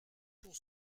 pour